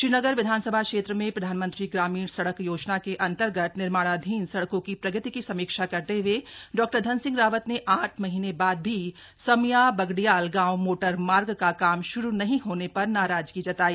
श्रीनगर विधानसभा क्षेत्र में प्रधानमंत्री ग्रामीण सड़क योजना के अंतर्गत निर्माणाधीन सड़कों की प्रगति की समीक्षा करते हुए डॉ धन सिंह रावत ने आठ महीने बाद भी समया बगडियाल गांव मोटरमार्ग का काम श्रू नहीं होने पर नाराजगी जताई